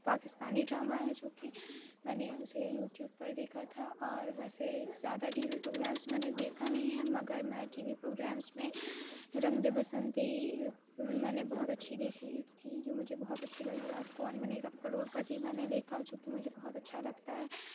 Pakistani drama ہے چونکہ میں نے اسے یوٹیوب پر دیکھا تھا اور ویسے زیادہ ٹی وی پروگرامس میں نے دیکھا نہیں ہے مگر میں ٹی وی پروگرامس میں رنگ دے بسنتی میں نے بہت اچھی دیکھی تھی جو مجھے بہت اچھی لگی اور کون بنے گا کڑوڑ پتی میں نے دیکھا جو کہ مجھے بہت اچھا لگتا ہے